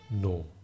No